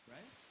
Right